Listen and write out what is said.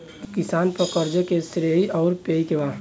किसान पर क़र्ज़े के श्रेइ आउर पेई के बा?